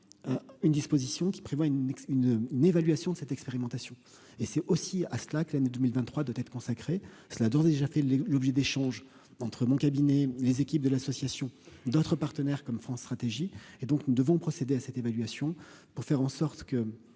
une disposition qui prévoit une une une évaluation de cette expérimentation, et c'est aussi à cela que l'année 2023 de têtes consacré cela d'ores et déjà fait l'objet d'échanges entre mon cabinet, les équipes de l'association d'autres partenaires comme France Stratégie et donc nous devons procéder à cette évaluation pour faire en sorte que